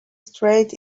straight